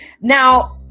now